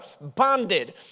bonded